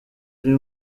ari